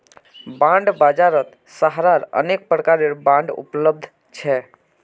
bond बाजारत सहारार अनेक प्रकारेर बांड उपलब्ध छ